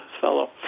fellow